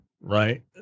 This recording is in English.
right